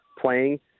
playing